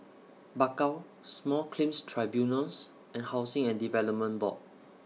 Bakau Small Claims Tribunals and Housing and Development Board